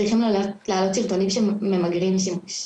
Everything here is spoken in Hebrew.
צריכים להעלות סרטונים שממגרים שימוש.